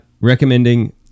recommending